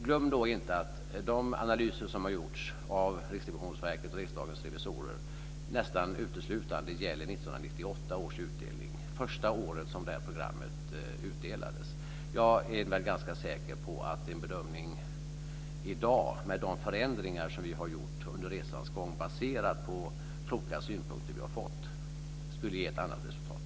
Glöm då inte att de analyser som har gjorts av Riksrevionsverket och Riksdagens revisorer nästan uteslutande gäller 1998 års utdelning - första året som pengar ur det här programmet utdelades. Jag är ganska säker på att en bedömning i dag, med de förändringar som har gjorts under resans gång baserade på kloka synpunkter som vi har fått, skulle ge ett annat resultat.